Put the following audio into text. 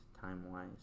time-wise